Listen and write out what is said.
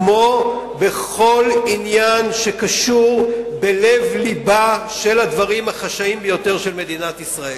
כמו בכל עניין שקשור בלב לבם של הדברים החשאיים של מדינת ישראל.